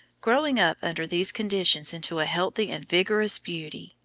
growing up under these conditions into a healthy and vigorous beauty,